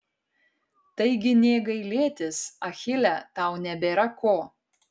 taigi nė gailėtis achile tau nebėra ko